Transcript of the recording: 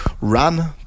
run